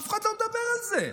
אף אחד לא מדבר על זה.